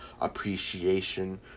appreciation